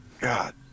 God